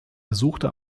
besuchte